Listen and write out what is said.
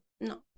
no